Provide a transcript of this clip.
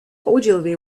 ogilvy